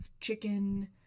chicken